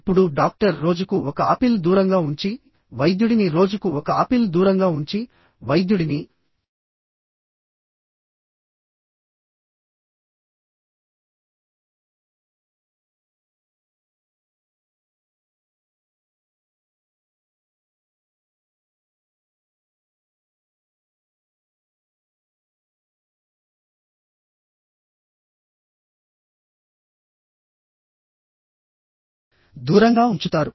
ఇప్పుడు డాక్టర్ రోజుకు ఒక ఆపిల్ దూరంగా ఉంచి వైద్యుడిని రోజుకు ఒక ఆపిల్ దూరంగా ఉంచి వైద్యుడిని దూరంగా ఉంచుతారు